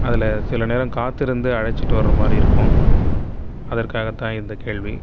அதில் சில நேரம் காத்திருந்து அழைச்சுட்டு வரமாதிரி இருக்கும் அதற்காக தான் இந்த கேள்வி